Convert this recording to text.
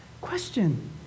Question